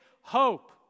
hope